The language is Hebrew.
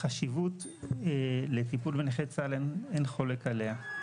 החשיבות לטיפול בנכי צה"ל, אין חולק עליה.